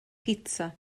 pitsa